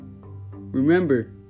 Remember